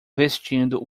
vestindo